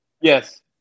Yes